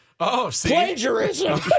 plagiarism